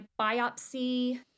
biopsy